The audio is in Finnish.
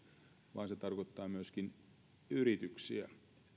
vaan se tarkoittaa myöskin yrityksiä